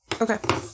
Okay